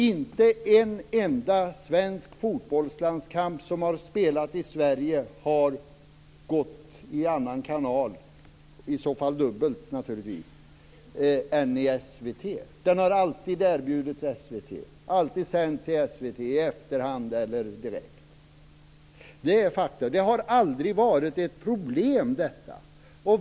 Inte en enda svensk fotbollslandskamp som har spelats i Sverige har gått i annan kanal - i så fall dubbelt naturligtvis - än i SVT. De har alltid erbjudits SVT och sänts i SVT i efterhand eller direkt. Det är fakta. Det här har aldrig varit ett problem.